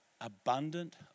abundant